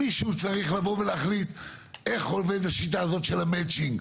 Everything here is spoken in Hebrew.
מישהו צריך לבוא ולהחליט איך עובדת השיטה של המצ'ינג?